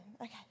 Okay